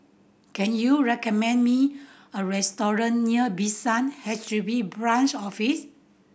can you recommend me a restaurant near Bishan H D B Branch Office